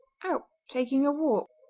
out taking a walk.